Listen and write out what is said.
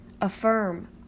Affirm